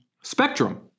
Spectrum